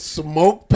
smoke